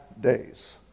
days